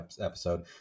episode